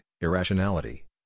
irrationality